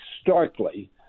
starkly